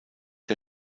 der